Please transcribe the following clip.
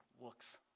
looks